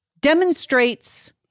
demonstrates